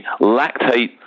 lactate